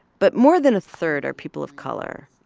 but more than a third are people of color,